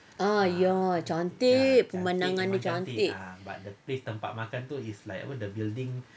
ah ya cantik pemandangan dia cantik